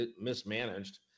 mismanaged